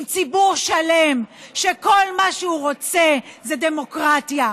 עם ציבור שלם שכל מה שהוא רוצה זה דמוקרטיה,